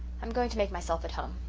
i'm going to make myself at home,